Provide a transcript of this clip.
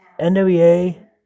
NWA